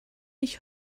ich